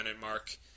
mark